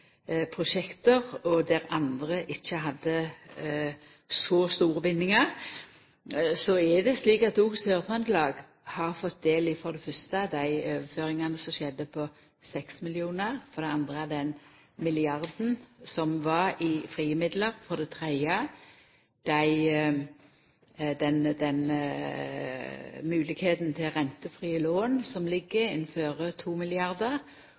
og der andre ikkje hadde så store bindingar. Så er det slik at òg Sør-Trøndelag har fått del i for det fyrste overføringane på 6 mill. kr, for det andre den milliarden som var i frie midlar, for det tredje den moglegheita til rentefrie lån som